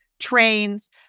trains